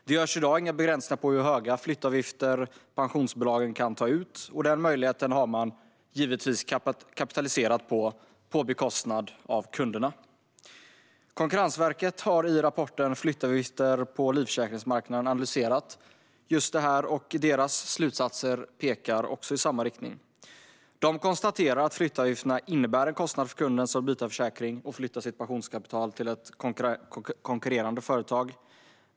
Det görs i dag inga begränsningar för hur höga flyttavgifter pensionsbolagen kan ta ut, och den möjligheten har man givetvis kapitaliserat - på bekostnad av kunderna. Konkurrensverket har i rapporten Flyttavgifter på livförsäkringsmarknaden analyserat just det här, och deras slutsatser pekar i samma riktning. Verket konstaterar att flyttavgifterna innebär en kostnad för den kund som vill byta försäkring och flytta sitt pensionskapital till ett konkurrerande företag.